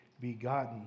begotten